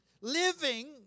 Living